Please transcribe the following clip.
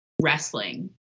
wrestling